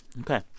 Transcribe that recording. Okay